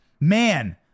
Man